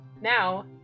Now